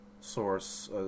source